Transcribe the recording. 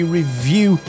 review